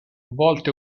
volte